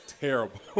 terrible